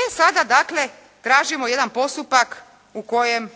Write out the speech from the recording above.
E sada dakle, tražimo jedan postupak u kojem